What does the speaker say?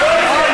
לא יהיה פה.